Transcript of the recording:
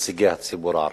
נציגי הציבור הערבי.